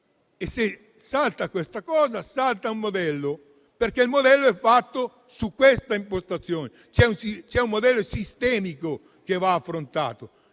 e, se salta questa realtà, salta un modello, che è fatto su questa impostazione. C'è un modello sistemico che va affrontato.